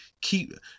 Keep